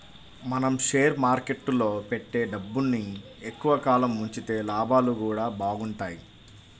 మనం షేర్ మార్కెట్టులో పెట్టే డబ్బుని ఎక్కువ కాలం ఉంచితే లాభాలు గూడా బాగుంటయ్